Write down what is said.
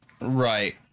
right